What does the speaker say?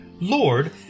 Lord